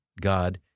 God